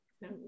no